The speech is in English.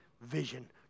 vision